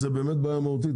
זו באמת בעיה מהותית,